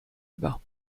über